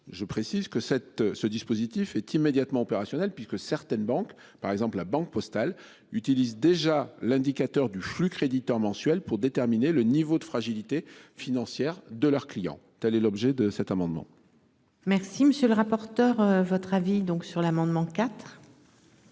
Je précise que cette, ce dispositif est immédiatement opérationnel puisque certaines banques par exemple, la Banque Postale utilisent déjà l'indicateur du flux créditeurs mensuel pour déterminer le niveau de fragilité financière de leurs clients. Telle est l'objet de cet amendement. Merci monsieur le rapporteur. Votre avis donc sur l'amendement